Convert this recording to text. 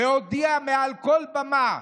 והודיע מעל כל במה שהוא,